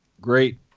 great